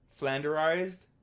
flanderized